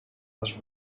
was